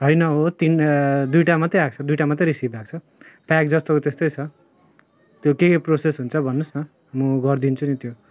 होइन हो तिन दुईटा मात्रै आएको छ दुईटा मात्रै रिसिभ भएको छ प्याक जस्तोको त्यस्तै छ त्यो के के प्रोसेस हुन्छ भन्नुहोस् न म गरिदिन्छु नि त्यो